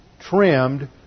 trimmed